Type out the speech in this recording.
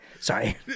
Sorry